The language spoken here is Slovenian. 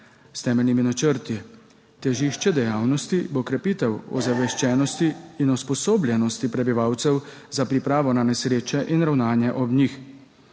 s temeljnimi načrti. Težišče dejavnosti bo krepitev ozaveščenosti in usposobljenosti prebivalcev za pripravo na nesreče in ravnanje ob njih.